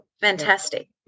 fantastic